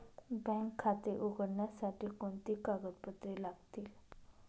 Bank खाते उघडण्यासाठी कोणती कागदपत्रे लागतील?